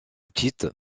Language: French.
petite